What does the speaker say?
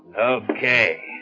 Okay